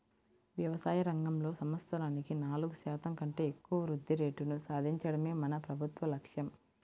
వ్యవసాయ రంగంలో సంవత్సరానికి నాలుగు శాతం కంటే ఎక్కువ వృద్ధి రేటును సాధించడమే మన ప్రభుత్వ లక్ష్యం